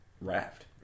raft